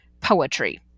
poetry